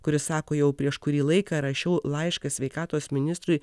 kuris sako jau prieš kurį laiką rašiau laišką sveikatos ministrui